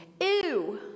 Ew